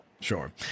Sure